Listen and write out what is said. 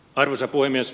arvoisa puhemies